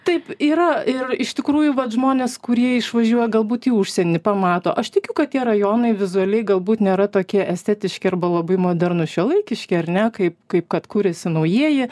taip yra ir iš tikrųjų vat žmonės kurie išvažiuoja galbūt į užsienį pamato aš tikiu kad tie rajonai vizualiai galbūt nėra tokie estetiški arba labai modernūs šiuolaikiški ar ne kaip kaip kad kūrėsi naujieji